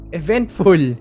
eventful